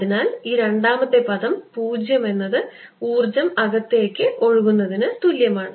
അതിനാൽ ഈ രണ്ടാമത്തെ പദം 0 എന്നത് ഊർജ്ജം അകത്തേയ്ക്ക് ഒഴുകുന്നതിന് തുല്യമാണ്